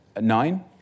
Nine